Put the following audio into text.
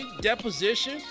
deposition